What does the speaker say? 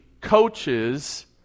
coaches